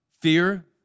Fear